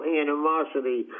animosity